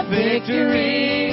victory